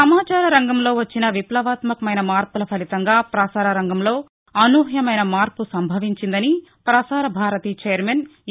సమాచార రంగంలో వచ్చిన విప్లవాత్మకమైన మార్పుల ఫలితంగా ప్రసార రంగంలో అనూహ్యమైన మార్పు సంభవించిందని ప్రసార భారతి ఛైర్మన్ ఎ